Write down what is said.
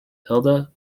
hilda